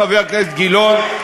חבר הכנסת גילאון,